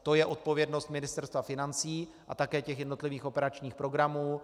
To je odpovědnost Ministerstva financí a také těch jednotlivých operačních programů.